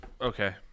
Okay